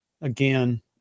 again